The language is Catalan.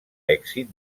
èxit